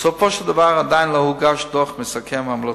בסופו של דבר עדיין לא הוגש דוח מסכם עם המלצות.